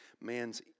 man's